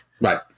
Right